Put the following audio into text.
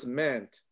meant